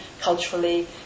culturally